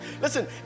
Listen